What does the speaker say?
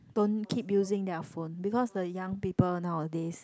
don't keep using their phone because the young people nowadays